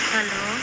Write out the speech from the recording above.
Hello